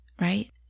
right